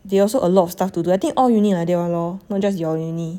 they also a lot of stuff to do I think all uni like that [one] lor not just your uni